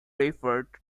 referred